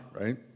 right